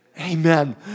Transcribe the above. Amen